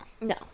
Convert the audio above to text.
No